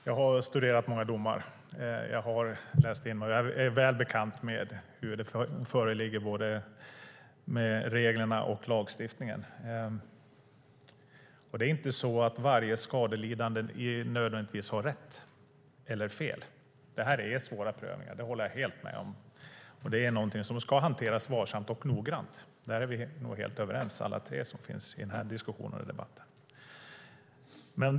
Herr talman! Jag har läst in och studerat många domar och är väl bekant med hur det ligger till både med reglerna och med lagstiftningen. Det är inte så att varje skadelidande nödvändigtvis har rätt eller fel. Det här är svåra prövningar. Det håller jag helt med om. Det är någonting som ska hanteras varsamt och noggrant. Där är vi nog helt överens alla tre som deltar i den här debatten.